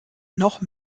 noch